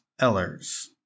Ellers